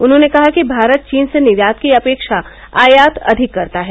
उन्होंने कहा कि भारत चीन से निर्यात की अपेक्षा आयात अधिक करता है